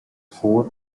four